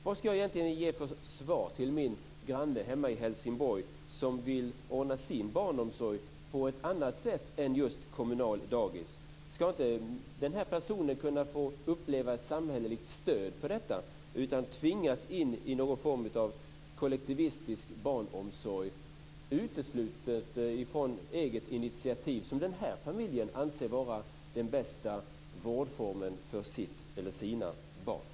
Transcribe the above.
Vad ska jag ge för svar till min granne hemma i Helsingborg som vill ordna sin barnomsorg på ett annat sätt än just med kommunalt dagis? Ska inte den här personen få uppleva ett samhälleligt stöd för detta? Ska han tvingas in i någon form av kollektivistisk barnomsorg som utesluter från eget initiativ som den här familjen anser vara den bästa omsorgsformen för sina barn?